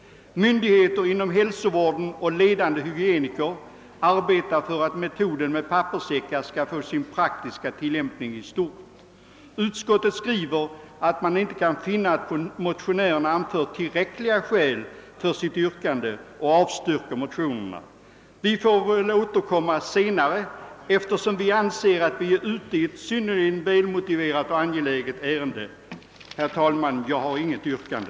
Myndigheter inom hälsovården och ledande hygieniker arbetar för att metoden med papperssäckar skall få sin praktiska tillämpning i stort. Utskottet skriver, att det inte kan finna att motionärerna anfört tillräckliga skäl för sitt yrkande, och avstyrker motionerna. Vi får väl återkomma senare, eftersom vi anser att vi är ute 1 ett synnerligen angeläget ärende. Herr talman! Jag har inte något yrkande.